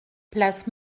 place